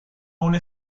una